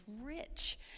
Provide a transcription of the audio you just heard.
rich